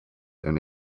and